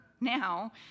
now